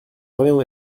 revient